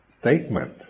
statement